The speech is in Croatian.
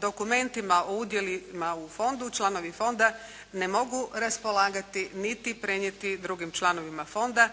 dokumentima o udjelima u fondu članovi fonda ne mogu raspolagati niti prenijeti drugim članovima fonda